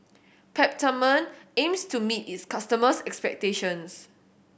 Peptamen aims to meet its customers' expectations